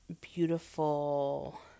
beautiful